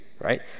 right